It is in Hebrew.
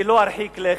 אני לא ארחיק לכת,